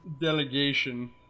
delegation